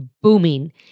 booming